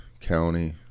county